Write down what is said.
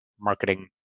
marketing